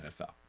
NFL